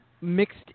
Mixed